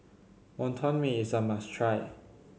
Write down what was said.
Wonton Mee is a must try